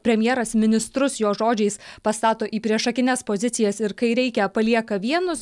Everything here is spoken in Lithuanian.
premjeras ministrus jo žodžiais pastato į priešakines pozicijas ir kai reikia palieka vienus